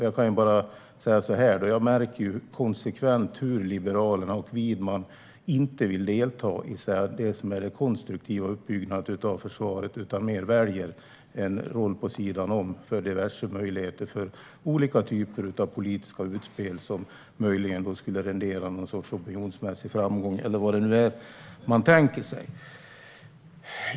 Jag kan bara säga så här: Jag märker konsekvent hur Liberalerna och Widman inte vill delta i det som är det konstruktiva uppbyggandet av försvaret. Man väljer mer en roll vid sidan av för att få diverse möjligheter till olika typer av politiska utspel som möjligen skulle rendera någon sorts opinionsmässig framgång, eller vad det nu är man tänker sig.